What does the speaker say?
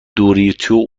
دوریتوی